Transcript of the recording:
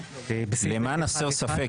למען הסר ספק,